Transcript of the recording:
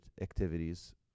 activities